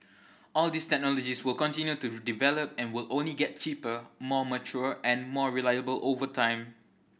all these technologies will continue to develop and will only get cheaper more mature and more reliable over time